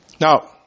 Now